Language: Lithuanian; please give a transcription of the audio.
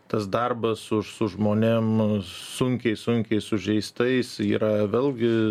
tas darbas su su žmonėm sunkiai sunkiai sužeistais yra vėlgi